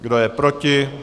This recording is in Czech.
Kdo je proti?